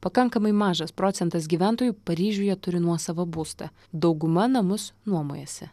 pakankamai mažas procentas gyventojų paryžiuje turi nuosavą būstą dauguma namus nuomojasi